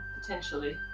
potentially